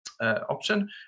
option